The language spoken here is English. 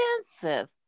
expensive